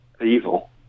evil